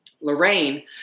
Lorraine